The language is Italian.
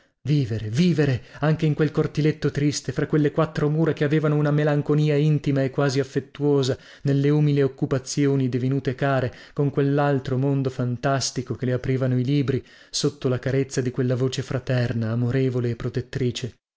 vivere vivere anche in quel cortiletto triste fra quelle quattro mura che avevano una melanconia intima e quasi affettuosa nelle umili occupazioni divenute care con quellaltro mondo fantastico che le aprivano i libri sotto la carezza di quella voce fraterna amorevole e protettrice